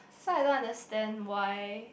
so I don't understand why